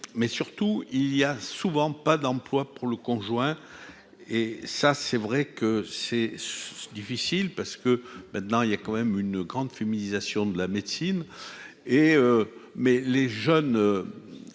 mais surtout il y a souvent pas d'emploi pour le conjoint et ça, c'est vrai que c'est difficile, parce que maintenant il y a quand même une grande féminisation de la médecine et mais les jeunes